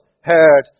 heard